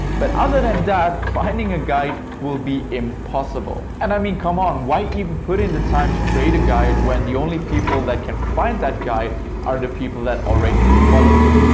but other than that finding a guide will be impossible. and i mean come on why even put in the time to create a guide when the only people that can find that guide are the people that already do follow you.